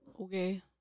Okay